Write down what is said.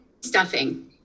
stuffing